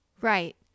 Right